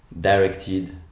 directed